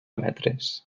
metres